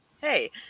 hey